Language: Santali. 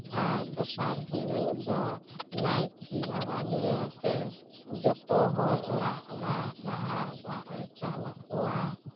ᱟᱨ ᱫᱚᱥᱟᱨ ᱦᱤᱞᱳᱜ ᱫᱚ ᱱᱟᱭᱠᱮ ᱵᱟᱵᱟ ᱱᱤᱭᱟᱹᱛᱮ ᱡᱚᱛᱚ ᱦᱚᱲ ᱚᱲᱟᱜ ᱚᱲᱟᱜ ᱵᱟᱦᱟ ᱫᱟᱜ ᱮ ᱪᱟᱞ ᱠᱚᱣᱟ